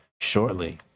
shortly